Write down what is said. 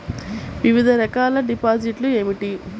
వివిధ రకాల డిపాజిట్లు ఏమిటీ?